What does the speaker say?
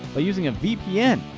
by using a vpn,